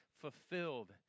fulfilled